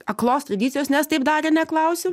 aklos tradicijos nes taip darė neklausiu